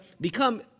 become